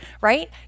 right